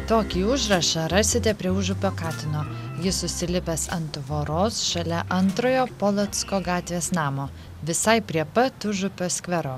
tokį užrašą rasite prie užupio katino jis užsilipęs ant tvoros šalia antrojo polocko gatvės namo visai prie pat užupio skvero